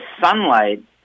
sunlight